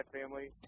family